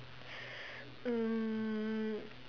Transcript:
um